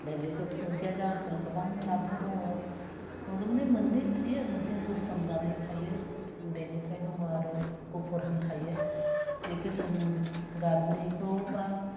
ओमफ्राय बेथ' थुलुंसिया जाथो गोबां जाथनि दङ खमावबो मानि मोनै थायो मोनसेआ गोसोम गाबनि थायो बेनिफ्राय दङ आरो गफुरहां थायो बे गोसोम गाबनिखौबा